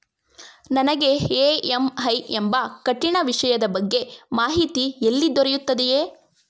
ನನಗೆ ಇ.ಎಂ.ಐ ಎಂಬ ಕಠಿಣ ವಿಷಯದ ಬಗ್ಗೆ ಮಾಹಿತಿ ಎಲ್ಲಿ ದೊರೆಯುತ್ತದೆಯೇ?